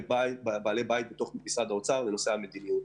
בית בתוך משרד האוצר בנושאי המדיניות.